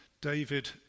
David